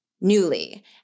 newly